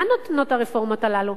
מה נותנות הרפורמות הללו?